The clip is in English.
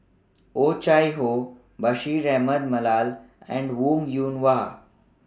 Oh Chai Hoo Bashir Ahmad Mallal and Wong Yoon Wah